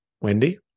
Wendy